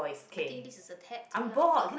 i think this is a tad too loud